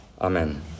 Amen